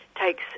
takes